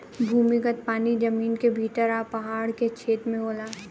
भूमिगत पानी जमीन के भीतर आ पहाड़ के छेद में होला